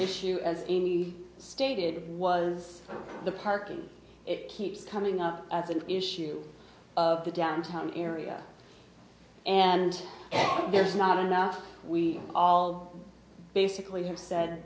issue as he stated was the parking it keeps coming up as an issue of the downtown area and there's not enough we all basically